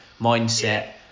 mindset